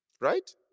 right